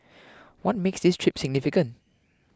what makes this trip significant